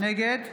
נגד